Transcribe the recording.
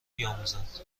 بیاموزند